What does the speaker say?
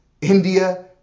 India